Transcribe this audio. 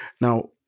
Now